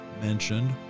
mentioned